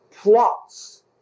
plots